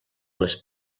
les